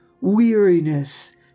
weariness